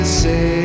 say